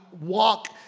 walk